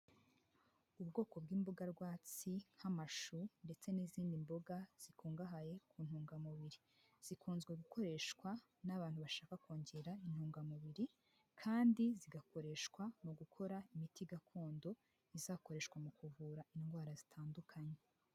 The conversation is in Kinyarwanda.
Ubwoko bw'imboga rwatsi nk'amashu ndetse n'izindi mboga zikungahaye ku ntungamubiri, zikunzwe gukoreshwa n'abantu bashaka kongera intungamubiri kandi zigakoreshwa mu gukora imiti gakondo izakoreshwa mu kuvura indwara zitandukanye.